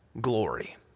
glory